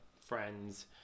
friends